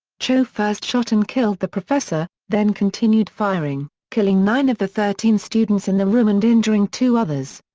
cho first shot and killed the professor, then continued firing, killing nine of the thirteen students in the room and injuring two others.